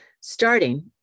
starting